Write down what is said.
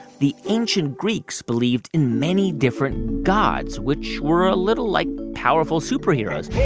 the ancient greeks believed in many different gods, which were a little like powerful superheroes.